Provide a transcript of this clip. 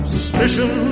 Suspicion